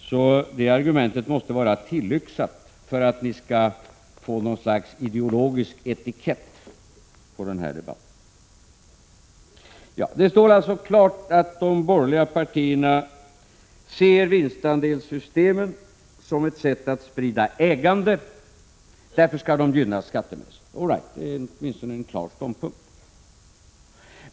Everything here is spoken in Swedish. Så det argument ni här anför måste vara tillyxat för att ni skall få något slags ideologisk etikett på den här debatten. Det står alltså klart att de borgerliga partierna ser vinstandelssystemen som ett sätt att sprida ägande, och därför skall de gynnas skattemässigt. All right, det är åtminstone en klar ståndpunkt.